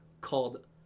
called